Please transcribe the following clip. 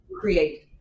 create